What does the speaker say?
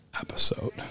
episode